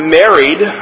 married